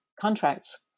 contracts